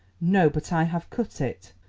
no, but i have cut it.